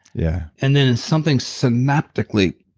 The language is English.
yeah and then something synapticly,